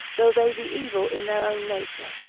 though they be evil in their own nature,